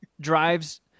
drives